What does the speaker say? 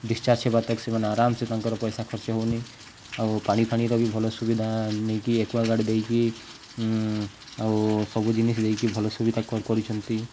discharge ହେବାତକ୍ ସେମାନେ ଆରାମସେ ତାଙ୍କର ପଇସା ଖର୍ଚ୍ଚ ହଉନି ଆଉ ପାଣି ଫାଣିର ବି ଭଲ ସୁବିଧା ନେଇକି ଏକ୍ୱାଗାର୍ଡ଼ ଦେଇଛି ଆଉ ସବୁ ଜିନିଷ ଦେଇକି ଭଲ ସୁବିଧା କରିଛନ୍ତି